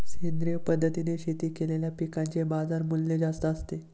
सेंद्रिय पद्धतीने शेती केलेल्या पिकांचे बाजारमूल्य जास्त असते